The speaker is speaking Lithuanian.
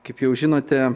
kaip jau žinote